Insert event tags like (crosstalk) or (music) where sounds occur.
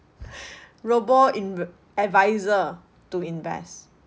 (breath) robo in uh advisor to invest